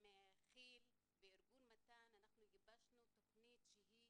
עם כיל וארגון מתן, אנחנו גיבשנו תכנית שהיא